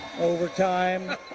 overtime